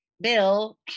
Bill